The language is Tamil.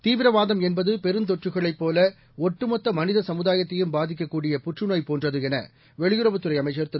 தீவிரவாதம் என்பது பெருந்தொற்றுகளைப் போல ஒட்டுமொத்த மனித சமுதாயத்தையும் பாதிக்கக்கூடிய புற்றநோய் போன்றது என வெளியுறவுத்துறை அமைச்சர் திரு